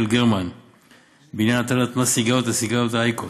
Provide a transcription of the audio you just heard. גרמן בעניין הטלת מס סיגריות על סיגריות אייקוס.